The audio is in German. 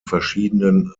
verschiedenen